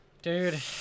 Dude